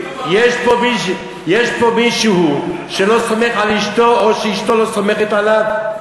יש פה מישהו שלא סומך על אשתו או שאשתו לא סומכת עליו?